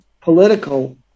political